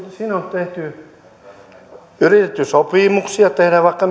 yritetty tehdä vaikka